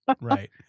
Right